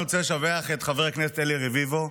אני רוצה לשבח את חבר הכנסת אלי רביבו,